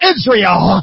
Israel